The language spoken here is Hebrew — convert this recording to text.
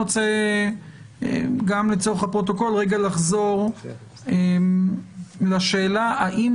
רוצה גם לצורך הפרוטוקול רגע לחזור לשאלה האם